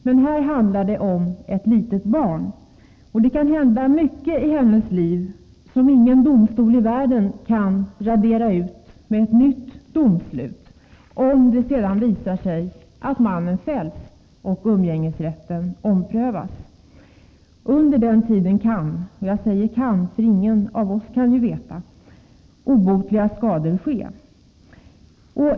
Men här handlar det om ett litet barn, och det kan hända mycket i hennes liv som ingen domstol: världen kan radera ut med ett nytt domslut, om det sedan visar sig att mannen fälls och umgängesrätten omprövas. Under den tiden kan — och jag säger kan, för ingen av oss kan ju veta — obotliga skador åstadkommas.